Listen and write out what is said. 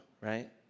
right